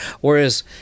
Whereas